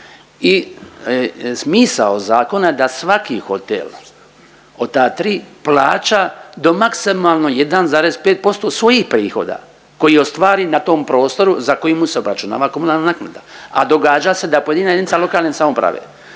I smisao zakona je da svaki hotel od ta tri plaća do maksimalno 1,5% svojih prihoda koji ostvari na tom prostoru za koji mu se obračunava komunalna naknada, a događa se da pojedina jedinica lokalne samouprave